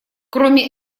кроме